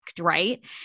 Right